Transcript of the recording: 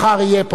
מחר יהיה פה